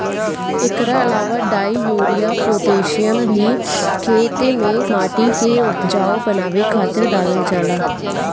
एकरा अलावा डाई, यूरिया, पोतेशियम भी खेते में माटी के उपजाऊ बनावे खातिर डालल जाला